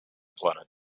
planet